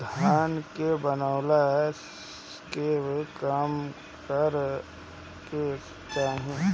धन के बनवला के काम करे के चाही